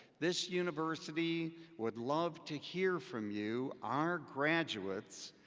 this university would love to hear from you, our graduates,